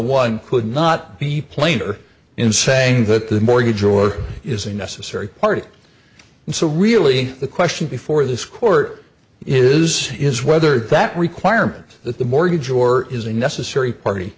one could not be plainer in saying that the mortgage or is a necessary part and so really the question before this court is is whether that requirement that the mortgage or is a necessary party